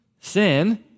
sin